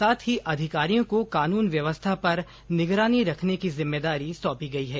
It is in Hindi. साथ ही अधिकारियों को कानून व्यवस्था पर निगरानी रखने की जिम्मेदारी सौंपी गई है